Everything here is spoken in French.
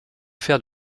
faire